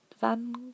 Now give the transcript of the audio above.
van